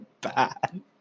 bad